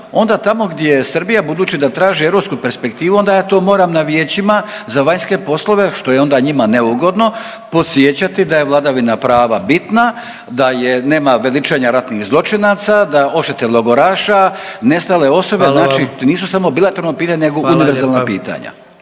onda tamo gdje Srbija, budući da traži europsku perspektivu, onda ja to moram na vijećima za vanjske poslove, što je onda njima neugodno, podsjećati da je vladavina prava bitna, da je, nema veličanja ratnih zločinaca, da odštete logoraša, nestale osobe, znači .../Upadica: Hvala vam./... nisu samo bilateralno pitanje nego univerzalna pitanja.